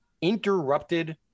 interrupted